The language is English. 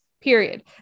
period